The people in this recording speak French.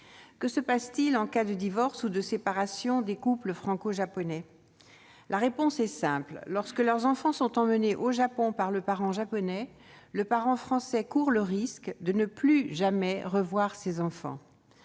Que se passe-t-il en cas de divorce ou de séparation de couples franco-japonais ? La réponse est simple : lorsque les enfants sont emmenés au Japon par le parent japonais, le parent français court le risque de ne plus jamais les revoir. En effet,